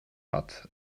hat